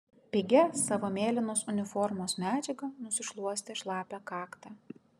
pigia savo mėlynos uniformos medžiaga nusišluostė šlapią kaktą